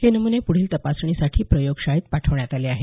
हे नमुने पुढील तपासणीसाठी प्रयोगशाळेत पाठवण्यात आले आहेत